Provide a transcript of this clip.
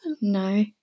No